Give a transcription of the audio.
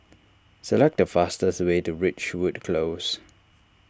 select the fastest way to Ridgewood Close